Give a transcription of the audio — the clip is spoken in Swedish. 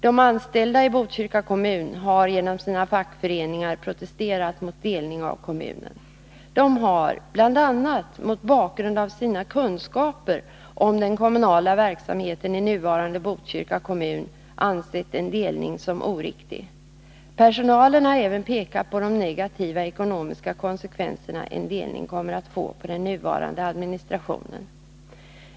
De anställda i Botkyrka kommun har genom sina fackföreningar protesterat mot delning av kommunen. De har, bl.a. mot bakgrund av sina kunskaper om den kommunala verksamheten i nuvarande Botkyrka kommun, ansett en delning vara oriktig. Personalen har även pekat på de negativa ekonomiska konsekvenser en delning kommer att få för den nuvarande administrationen.